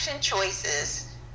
choices